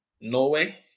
Norway